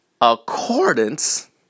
accordance